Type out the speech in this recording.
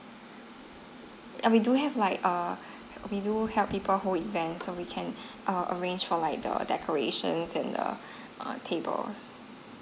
we do have like err we do help people do event so we can err arrange for the decoration and the err tables